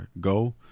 go